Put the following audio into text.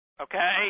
okay